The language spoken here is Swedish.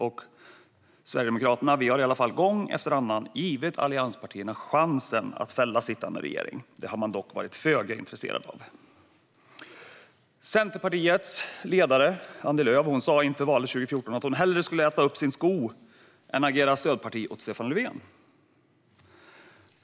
Vi i Sverigedemokraterna har i alla fall gång efter annat gett allianspartierna chansen att fälla sittande regering. Det har de dock varit föga intresserade av. Centerpartiets ledare Annie Lööf sa inför valet 2014 att hon hellre skulle äta upp sin sko än att agera stödparti åt Stefan Löfven.